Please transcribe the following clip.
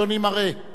יש יותר תנועה.